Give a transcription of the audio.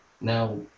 now